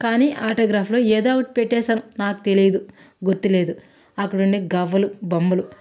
కాని ఆటోగ్రాఫ్లో ఎదో ఒకటి పెట్టేసాం మాకు తెలీదు గుర్తు లేదు అక్కడ ఉండే గవ్వలు బొమ్మలు